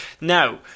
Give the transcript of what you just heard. Now